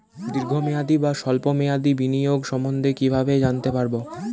দীর্ঘ মেয়াদি বা স্বল্প মেয়াদি বিনিয়োগ সম্বন্ধে কীভাবে জানতে পারবো?